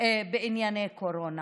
בענייני קורונה,